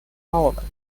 government